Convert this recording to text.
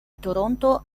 toronto